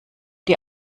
die